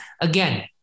again